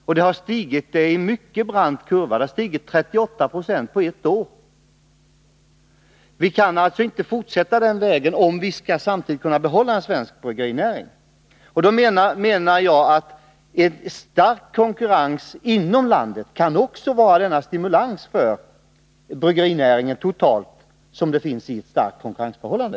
Importen har stigit i en brant kurva — 38 26 på ett år. Vi kan alltså inte fortsätta på den vägen, om vi skall kunna behålla en svensk bryggerinäring. Jag menar att en stark konkurrens inom landet kan innebära samma stimulans för bryggerinäringen, totalt sett, som den som ligger i ett starkt utländskt konkurrensförhållande.